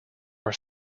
are